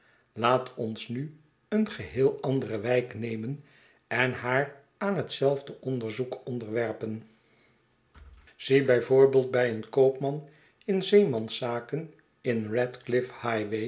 laat ons nu een geheel andere wijk nemen en haar aan hetzelfde onderzoek onderwerpen zie bijvoorbeeld bij een koopman in zeemanszaken in